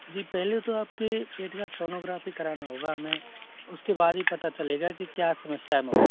जी पहले तो आपके पेट का सोनोग्राफी कराना होगा हमें उसके बाद ही पता चलेगा कि क्या समस्या है मुख्य